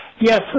Yes